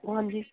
ਹਾਂਜੀ